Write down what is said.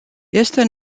este